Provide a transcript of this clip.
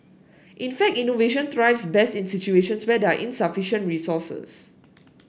in fact innovation thrives best in situations where there are insufficient resources